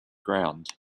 ground